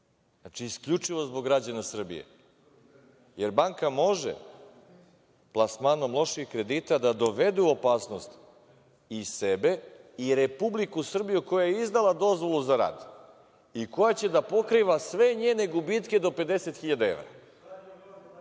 Znači, isključivo zbog građana Srbije. Banka može plasmanom loših kredita da dovede u opasnost i sebe i Republiku Srbiju koja je izdala dozvolu za rad i koja će da pokriva sve njene gubitke do 50.000